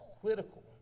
political